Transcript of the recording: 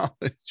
college